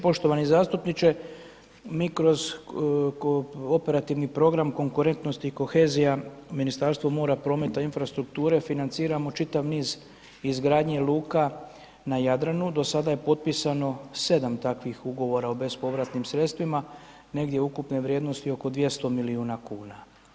Poštovani zastupniče, mi kroz operativni program konkurentnosti i kohezija Ministarstvo mora, prometa i infrastrukture, financiramo čitav niz izgradnje luka na Jadranu, do sada je potpisano 7 takvih ugovora o bespovratnim sredstvima, negdje ukupne vrijednosti oko 200 milijuna kuna.